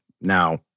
Now